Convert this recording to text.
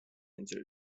into